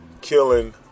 killing